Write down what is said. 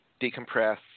decompress